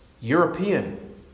European